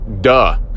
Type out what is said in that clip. duh